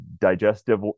digestive